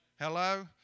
Hello